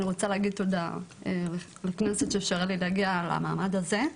אני רוצה להגיד תודה לכנסת שאפשרה לי להגיע למעמד הזה.